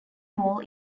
ball